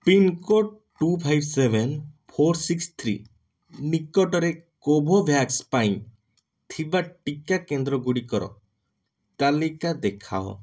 pincode two five seven four six three ନିକଟରେ Covovax ପାଇଁ ଥିବା ଟିକା କେନ୍ଦ୍ର ଗୁଡ଼ିକର ତାଲିକା ଦେଖାଅ